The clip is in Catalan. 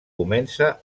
comença